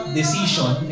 decision